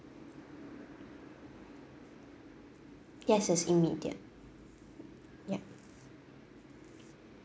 yes it's immediate yup